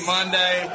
Monday